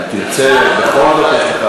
אם תרצה בכל זאת, יש לך